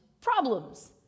problems